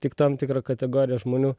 tik tam tikra kategorija žmonių